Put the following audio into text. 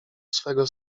swego